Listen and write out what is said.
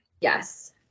Yes